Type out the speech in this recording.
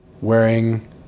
wearing